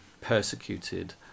persecuted